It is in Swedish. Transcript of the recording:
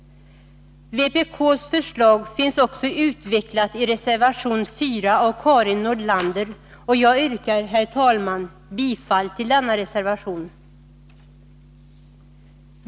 Vpk:s förslag finns också utvecklat i reservation 4 av Karin Nordlander, och jag yrkar, herr talman, bifall till denna reservation.